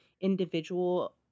individual